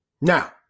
Now